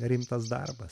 rimtas darbas